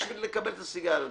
בשביל לקבל את הסיגריות,